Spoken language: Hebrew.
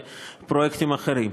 ופרויקטים אחרים.